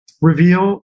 Reveal